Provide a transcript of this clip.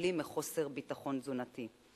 סובלים מחוסר ביטחון תזונתי.